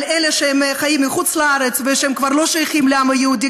על אלה שחיים בחוץ לארץ והם כבר לא שייכים לעם היהודי,